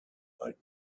like